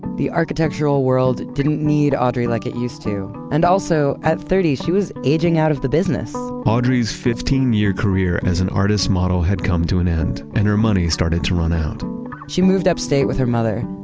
the architectural world didn't need audrey like it used to. and also at thirty, she was aging out of the business audrey's fifteen year career as an artist model had come to an end and her money started to run out she moved upstate with her mother,